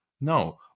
no